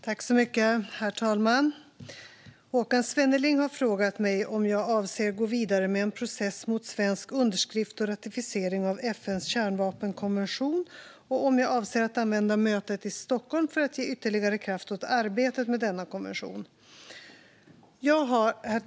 Herr talman! Håkan Svenneling har frågat mig om jag avser att gå vidare med en process för svensk underskrift och ratificering av FN:s kärnvapenkonvention och om jag avser att använda mötet i Stockholm för att ge ytterligare kraft åt arbetet med denna konvention. Herr talman!